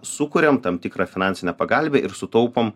sukuriam tam tikrą finansinę pagalvę ir sutaupom